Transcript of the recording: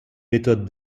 méthode